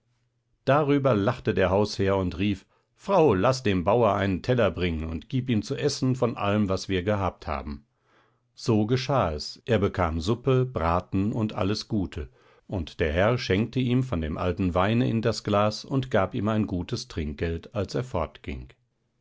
darüber lachte der hausherr und rief frau laß dem bauer einen teller bringen und gib ihm zu essen von allem was wir gehabt haben so geschah es er bekam suppe braten und alles gute und der herr schenkte ihm von dem alten weine in das glas und gab ihm ein gutes trinkgeld als er